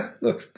look